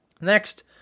Next